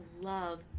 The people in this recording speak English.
love